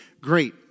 great